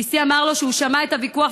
גיסי אמר לו שהוא שמע את הוויכוח,